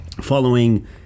following